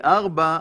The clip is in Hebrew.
ארבע,